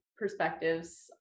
perspectives